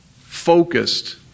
focused